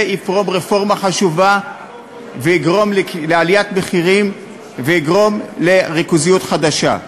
זה יפרום רפורמה חשובה ויגרום לעליית מחירים ויגרום לריכוזיות חדשה.